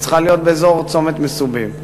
שצריכה להיות באזור צומת מסובים.